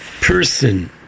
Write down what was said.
person